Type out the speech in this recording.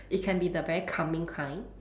it can be the very calming kind